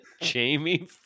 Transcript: Jamie